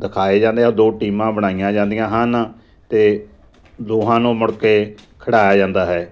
ਦਿਖਾਏ ਜਾਂਦੇ ਦੋ ਟੀਮਾਂ ਬਣਾਈਆਂ ਜਾਂਦੀਆਂ ਹਨ ਅਤੇ ਦੋਹਾਂ ਨੂੰ ਮੁੜ ਕੇ ਖਿਡਾਇਆ ਜਾਂਦਾ ਹੈ